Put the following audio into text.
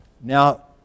Now